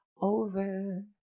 over